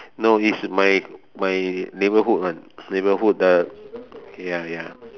no it's my my neighborhood one neighborhood ya ya